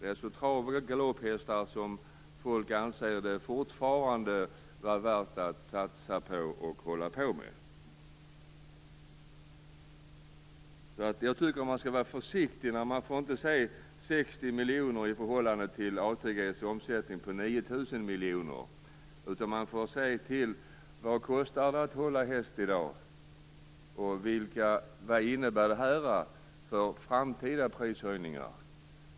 Det gäller trav och galopphästar som folk fortfarande anser att det värt att satsa på och hålla på med. Jag tycker alltså att man skall vara försiktig. Man får inte se dessa 60 miljoner i förhållande till ATG:s omsättning på 9 000 miljoner, utan man får se till vad det kostar att hålla häst i dag och vad det här innebär för framtida prishöjningar.